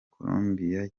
colombiya